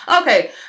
Okay